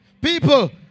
People